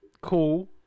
Cool